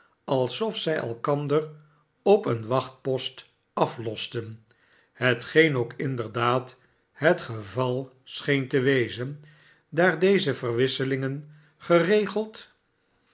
alsof zij elkander op een wachtpost anosten hetgeen ook inderdaad het geval scheen te wezen daar deze verwisselingen geregeld